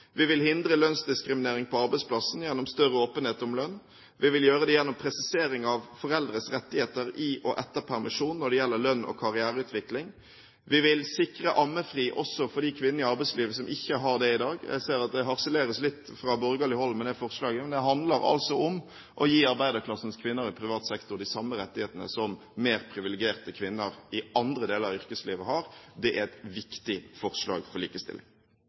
Vi vil hindre lønnsdiskriminering på arbeidsplassen gjennom større åpenhet om lønn. Vi vil gjøre det gjennom presisering av foreldres rettigheter i og etter permisjon når det gjelder lønn og karriereutvikling. Vi vil sikre ammefri også for de kvinnene i arbeidslivet som ikke har det i dag. Jeg hører at det fra borgerlig hold harseleres litt med dette forslaget, men det handler altså om å gi arbeiderklassens kvinner i privat sektor de samme rettighetene som mer privilegerte kvinner i andre deler av yrkeslivet har. Det er et viktig forslag for likestilling.